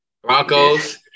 Broncos